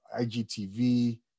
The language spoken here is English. IGTV